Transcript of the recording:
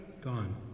gone